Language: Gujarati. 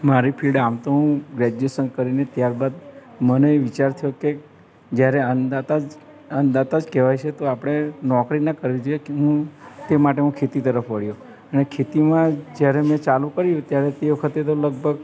મારી ફિલ્ડ આમ તો હું ગ્રેજ્યુએસન કરીને ત્યારબાદ મને એ વિચાર થયો કે જ્યારે અન્નદાતા જ અન્નદાતા જ કહેવાય છે તો આપણે નોકરીને ફરિજિયાત હું તે માટે હું ખેતી તરફ વળ્યો અને ખેતીમાં જ્યારે મેં ચાલું કર્યું ત્યારે તે વખતે તો લગભગ